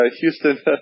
Houston